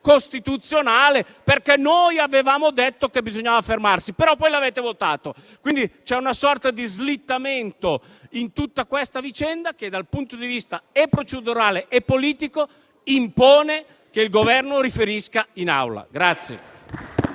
costituzionale, perché noi avevamo detto che bisognava fermarsi. Poi, però, l'avete votata. Quindi, c'è una sorta di slittamento in tutta questa vicenda che, dal punto di vista procedurale e politico, impone che il Governo riferisca in Aula.